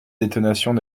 détonations